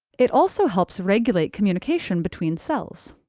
it also helps regulate communication between cells.